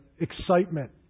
excitement